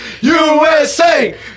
USA